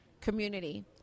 community